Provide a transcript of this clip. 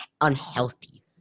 unhealthy